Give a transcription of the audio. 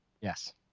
Yes